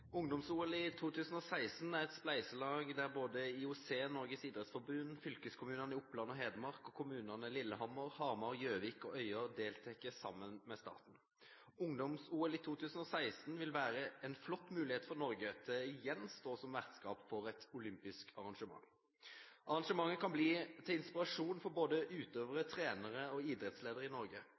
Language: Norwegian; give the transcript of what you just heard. et spleiselag der både IOC, Norges idrettsforbund, fylkeskommunene i Oppland og Hedmark og kommunene Lillehammer, Hamar, Gjøvik og Øyer deltar sammen med staten. Ungdoms-OL i 2016 vil være en flott mulighet for Norge til igjen å stå som vertskap for et olympisk arrangement. Arrangementet kan bli til inspirasjon for både utøvere, trenere og idrettsledere i Norge.